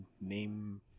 name